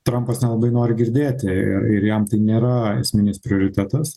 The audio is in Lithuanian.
trampas nelabai nori girdėti ir ir jam tai nėra esminis prioritetas